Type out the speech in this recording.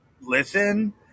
listen